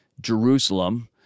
Jerusalem